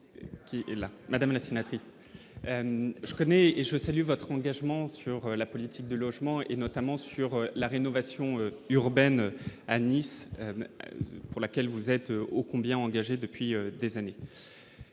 madame la sénatrice je connais et je salue votre engagement sur la politique de logement, et notamment sur la rénovation urbaine à Nice pour laquelle vous êtes au combien engagé depuis des années,